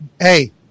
Hey